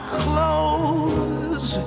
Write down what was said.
clothes